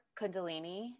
Kundalini